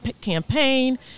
campaign